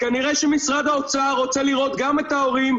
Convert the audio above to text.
כנראה שמשרד האוצר רוצה לראות גם את ההורים,